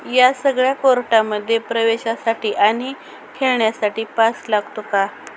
या सगळ्या कोर्टामध्ये प्रवेशासाठी आणि खेळण्यासाठी पास लागतो का